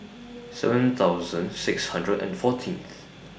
seven thousand six hundred and fourteenth